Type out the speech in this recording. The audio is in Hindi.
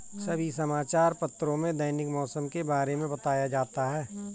सभी समाचार पत्रों में दैनिक मौसम के बारे में बताया जाता है